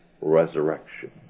resurrection